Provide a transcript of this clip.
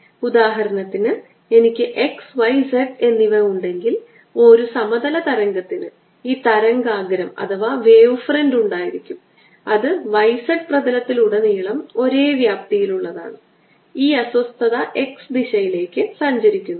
ഉദാഹരണത്തിന് എനിക്ക് x y z എന്നിവ ഉണ്ടെങ്കിൽ ഒരു സമതല തരംഗത്തിന് ഈ തരംഗാഗ്രം ഉണ്ടായിരിക്കും അത് y z പ്രതലത്തിലുടനീളം ഒരേ വ്യാപ്തിയുള്ളതാണ് ഈ അസ്വസ്ഥത x ദിശയിലേക്ക് സഞ്ചരിക്കുന്നു